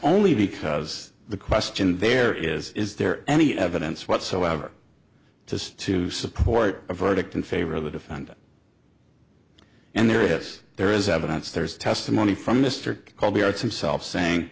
only because the question there is is there any evidence whatsoever to stew support a verdict in favor of the defendant and there is there is evidence there is testimony from mr called the arts himself saying